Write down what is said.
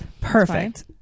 Perfect